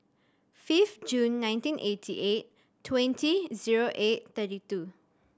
fifth June nineteen eighty eight twenty zero eight thirty two